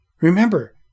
Remember